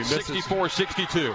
64-62